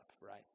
right